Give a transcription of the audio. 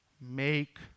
make